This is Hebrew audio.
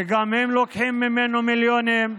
שגם הם לוקחים ממנו מיליונים,